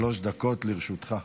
שלוש דקות לרשותך.